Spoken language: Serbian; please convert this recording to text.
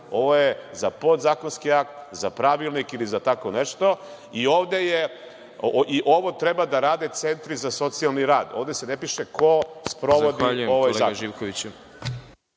Ovo je za podzakonski akt, za pravilnik ili za tako nešto i ovo treba da rade centri za socijalni rad. Ovde se ne piše ko sprovodi ovaj zakon.